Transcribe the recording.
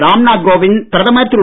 ராம்நாத் கோவிந்த் பிரதமர் திரு